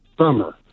summer